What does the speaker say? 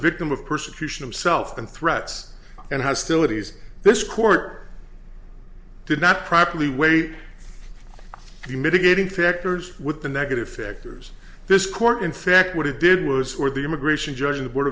victim of persecution of self and threats and hostilities this court did not properly weight the mitigating factors with the negative factors this court in fact what it did was for the immigration judge the board